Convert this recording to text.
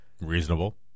Reasonable